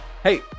Hey